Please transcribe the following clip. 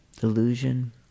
delusion